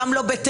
גם לא בתיאום,